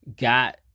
Got